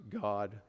God